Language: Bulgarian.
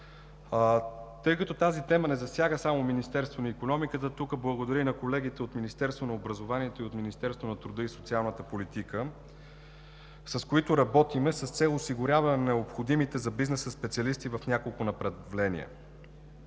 Тъй като тази тема не засяга само Министерството на икономиката, тук благодаря и на колегите от Министерството на образованието и от Министерството на труда и социалната политика, с които работим с цел осигуряване на необходимите за бизнеса специалисти в няколко направления.